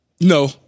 No